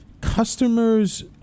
customers